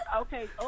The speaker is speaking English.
Okay